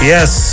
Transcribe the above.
Yes